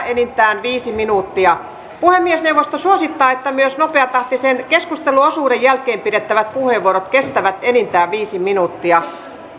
enintään viisi minuuttia puhemiesneuvosto suosittaa että myös nopeatahtisen keskusteluosuuden jälkeen pidettävät puheenvuorot kestävät enintään viisi minuuttia